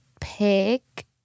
pick